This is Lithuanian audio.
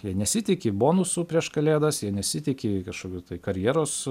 jie nesitiki bonusų prieš kalėdas jie nesitiki kažkokių tai karjeros